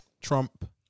Trump